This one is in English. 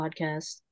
Podcast